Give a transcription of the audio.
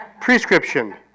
prescription